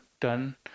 done